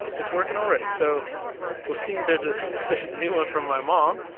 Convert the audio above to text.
it's working already. so we'll see. there's a new one from my mom,